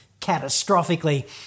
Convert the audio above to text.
catastrophically